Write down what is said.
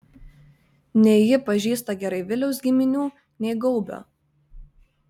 nei ji pažįsta gerai viliaus giminių nei gaubio